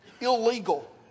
illegal